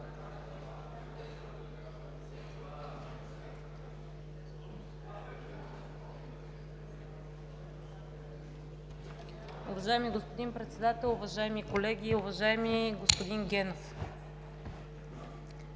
Уважаема госпожо Председател, уважаеми колеги, уважаеми господин и